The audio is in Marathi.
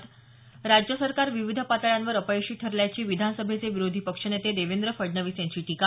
स राज्य सरकार विविध पातळ्यांवर अपयशी ठरल्याची विधान सभेचे विरोधी पक्षनेते देवेंद्र फडणवीस यांची टीका